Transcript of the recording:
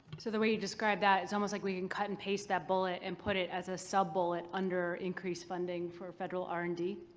so the way you describe that is almost like we could and cut-and-paste that bullet and put it as a sub-bullet under increased funding for federal r and d?